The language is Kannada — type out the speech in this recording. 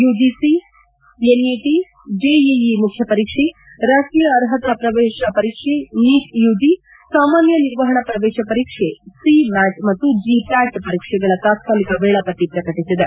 ಯುಜಿಸಿ ಎನ್ಇಟಿ ಜೆಇಇ ಮುಖ್ಯ ಪರೀಕ್ಷೆ ರಾಷ್ಟೀಯ ಅರ್ಹತಾ ಪ್ರವೇಶ ಪರೀಕ್ಷೆ ನೀಟ್ ಯುಜಿ ಸಾಮಾನ್ಯ ನಿರ್ವಹಣಾ ಪ್ರವೇಶ ಪರೀಕ್ಷೆ ಸಿ ಮ್ಯಾಟ್ ಮತ್ತು ಜಿ ಪ್ಯಾಟ್ ಪರೀಕ್ಷೆಗಳ ತಾತ್ಕಾಲಿಕ ವೇಳಾಪಟ್ಟಿ ಪ್ರಕಟಿಸಿದೆ